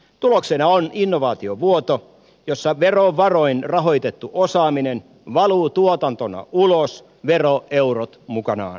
tuloksena on innovaatiovuoto jossa verovaroin rahoitettu osaaminen valuu tuotantona ulos veroeurot mukanaan